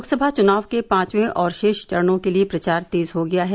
लोकसभा चुनाव के पांचवें और शेष चरणों के लिये प्रचार तेज हो गया है